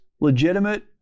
legitimate